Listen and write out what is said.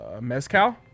mezcal